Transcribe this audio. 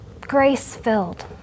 grace-filled